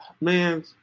man